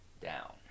down